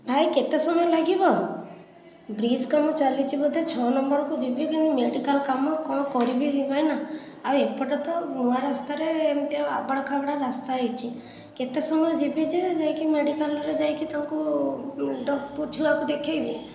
ଭାଇ କେତେ ସମୟ ଲାଗିବ ବ୍ରିଜ୍ କାମ ଚାଲିଛି ବୋଧହୁଏ ଛଅ ନମ୍ବରକୁ ଯିବି ମେଡିକାଲ କାମ କ'ଣ କରିବି ଭାଇନା ଆଉ ଏପଟେ ତ ନୂଆ ରାସ୍ତାରେ ଏମିତି ଆବଡ଼ା ଖାବଡ଼ା ରାସ୍ତା ହେଇଛି କେତେ ସମୟ ଯିବି ଯେ ଯାଇକି ମେଡିକାଲରେ ଯାଇକି ତାଙ୍କୁ ଛୁଆଙ୍କୁ ଦେଖେଇବି